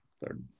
third